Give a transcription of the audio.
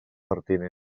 pertinent